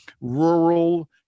rural